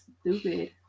stupid